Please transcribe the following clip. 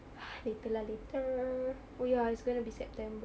ah later lah later oh ya it's going to be september